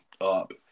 up